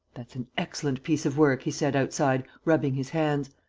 that's an excellent piece of work, he said, outside, rubbing his hands.